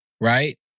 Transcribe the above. Right